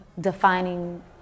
defining